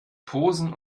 posen